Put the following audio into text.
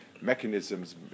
mechanisms